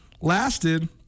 lasted